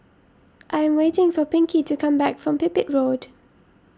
I am waiting for Pinkie to come back from Pipit Road